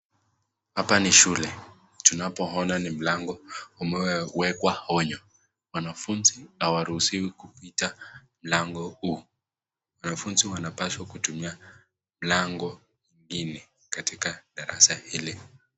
Hapa ni shule. Tunapoona ni mlango umewekwa onyo. Wanafunzi hawaruhusiwi kupita mlango huu. Wanafunzi wanapaswa kutumia mlango ingine katika darasa hili.